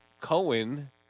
Cohen